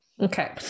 Okay